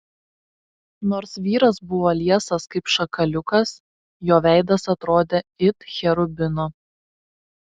nors vyras buvo liesas kaip šakaliukas jo veidas atrodė it cherubino